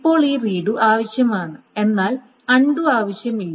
ഇപ്പോൾ ഈ റീഡു ആവശ്യമാണ് എന്നാൽ അൺണ്ടു ആവശ്യമില്ല